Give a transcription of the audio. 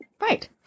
Right